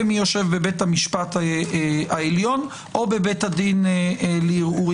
מי יושב בבית המשפט העליון או בבית הדין לערעורים,